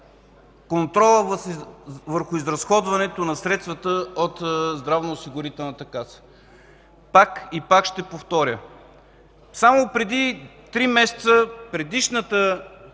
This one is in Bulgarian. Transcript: контрола върху изразходването на средствата от Здравноосигурителната каса. Пак ще повторя – само преди три месеца предишната